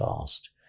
fast